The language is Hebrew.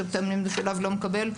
שתלמיד משולב לא מקבל.